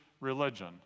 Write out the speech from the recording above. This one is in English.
religion